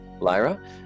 Lyra